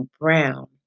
Brown